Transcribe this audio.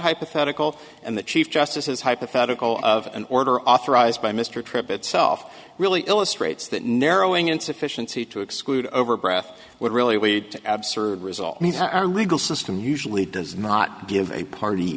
hypothetical and the chief justice is hypothetical of an order authorized by mr tripp itself really illustrates that narrowing insufficiency to exclude over breath would really weed out absurd result means our legal system usually does not give a party